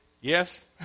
Yes